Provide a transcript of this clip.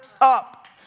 up